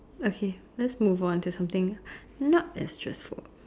okay let's move on to something not as stressful